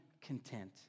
content